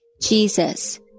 Jesus